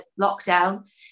lockdown